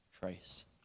Christ